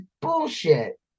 bullshit